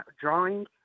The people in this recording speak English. drawing